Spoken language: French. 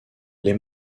les